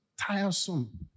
tiresome